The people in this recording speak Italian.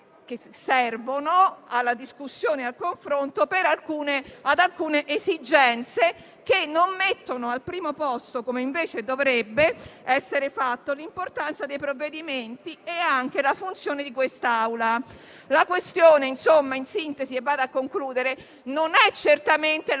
che servono alla discussione e al confronto per alcune esigenze che non mettono al primo posto, come invece dovrebbe essere fatto, l'importanza dei provvedimenti e anche la funzione di quest'Assemblea. La questione, in sintesi, non è certamente